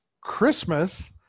Christmas